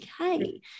okay